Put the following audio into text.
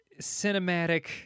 cinematic